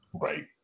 Right